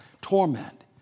torment